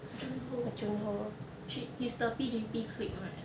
jun ho she~ he's the P_G_P clique right